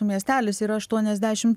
miestelis yra aštuoniasdešimt